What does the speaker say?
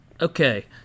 Okay